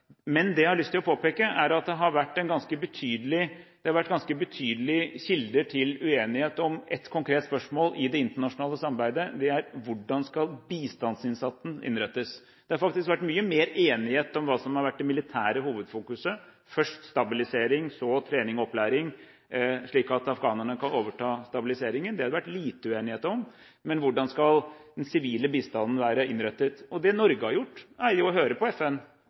Men det jeg har lyst til å påpeke, er at ett konkret spørsmål i det internasjonale samarbeidet har vært en ganske betydelig kilde til uenighet. Det er: Hvordan skal bistandsinnsatsen innrettes? Det har faktisk vært mye mer enighet om hva som har vært det militære hovedfokuset, først stabilisering, så trening og opplæring, slik at afghanerne kan overta stabiliseringen. Det har det vært lite uenighet om, men hvordan skal den sivile bistanden være innrettet? Det Norge har gjort, er å høre på FN.